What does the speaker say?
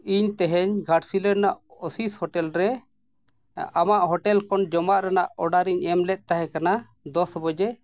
ᱤᱧ ᱛᱮᱦᱮᱧ ᱜᱷᱟᱴᱥᱤᱞᱟᱹ ᱨᱮᱭᱟᱜ ᱚᱥᱤᱥ ᱦᱳᱴᱮᱹᱞ ᱨᱮ ᱟᱢᱟᱜ ᱦᱳᱴᱮᱹᱞ ᱠᱷᱚᱱ ᱡᱚᱢᱟᱜ ᱨᱮᱭᱟᱜ ᱚᱰᱟᱨᱤᱧ ᱮᱢ ᱞᱮᱫ ᱛᱟᱦᱮᱱᱟ ᱫᱚᱥ ᱵᱟᱡᱮ